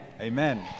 Amen